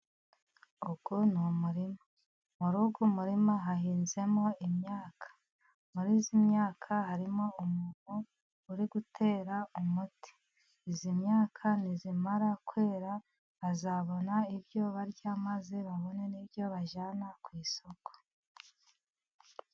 Uyu ni umurima, muri uyu murima hahinzemo imyaka, muri iyi myaka harimo umuntu uri gutera umuti, iyi myaka nimara kwera bazabona ibyo barya maze babone n'ibyo bajyana ku isoko.